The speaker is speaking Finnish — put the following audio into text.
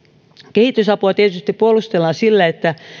kehitysapua tietysti puolustellaan sillä että